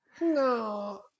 No